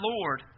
Lord